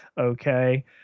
okay